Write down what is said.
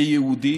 כיהודי,